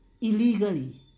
illegally